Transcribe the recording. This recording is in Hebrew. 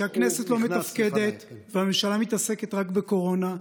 כשהכנסת לא מתפקדת והממשלה מתעסקת רק בקורונה,